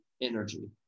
energy